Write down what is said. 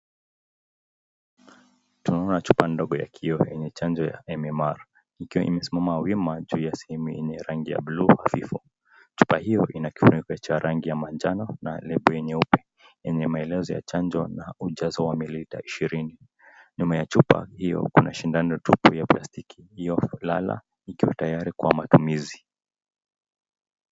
Tunaona chupa ndogo ya kioo yenye chanjo ya MMR ikiwa imesimama wima juu ya sehemu yenye rangi ya buluu hafifu. Chupa hio ina kifuniko cha rangi ya manjano na lebo nyeupe yenye maelezo ya chanjo na ujazo wa mililita ishirini. Nyuma ya chupa hio kuna sindano tupu ya plastiki iliolala ikiwa tayari kwa matumizi.